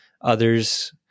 Others